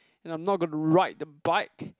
and I'm not gonna ride the bike